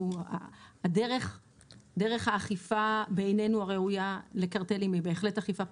דרך האכיפה בעינינו הראויה לקרטלים היא בהחלט אכיפה פלילית,